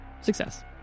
Success